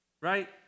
right